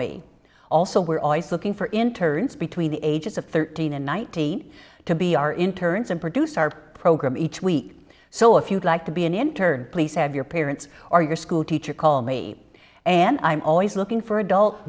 me also we're always looking for interns between the ages of thirteen and ninety eight to be our interns and produce our program each week so if you'd like to be an intern please have your parents or your school teacher call me and i'm always looking for adult